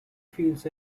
feels